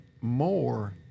more